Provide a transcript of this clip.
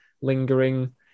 lingering